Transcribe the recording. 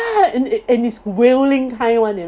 and it is wailing kind one you know